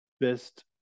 Best